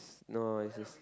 no it just